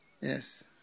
Yes